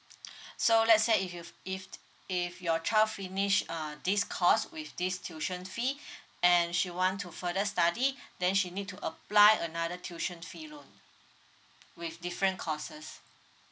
so let's say if you if if your child finished uh this course with this tuition fee and she want to further studies then she need to apply another tuition fee loan with different courses